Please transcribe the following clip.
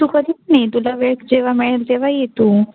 तू कधी पण ये तुला वेळ जेव्हा मिळेल तेव्हा ये तू